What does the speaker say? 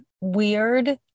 weird